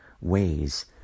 ways